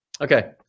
Okay